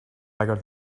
bigger